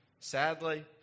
Sadly